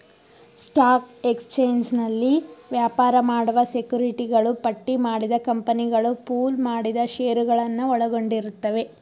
stock ಎಕ್ಸ್ಚೇಂಜ್ನಲ್ಲಿ ವ್ಯಾಪಾರ ಮಾಡುವ ಸೆಕ್ಯುರಿಟಿಗಳು ಪಟ್ಟಿಮಾಡಿದ ಕಂಪನಿಗಳು ಪೂಲ್ ಮಾಡಿದ ಶೇರುಗಳನ್ನ ಒಳಗೊಂಡಿರುತ್ತವೆ